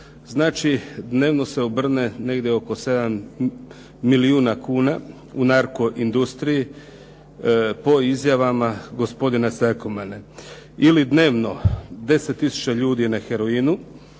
Znači, dnevno se obrne negdje oko 7 milijuna kuna u narkoindustriji po izjavama gospodina Sakomana. Ili dnevno 10 tisuća ljudi je na heroinu,